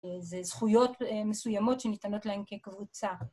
זה זכויות מסוימות שניתנות להן כקבוצה.